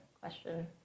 question